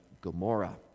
Gomorrah